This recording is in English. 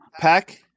pack